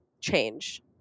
change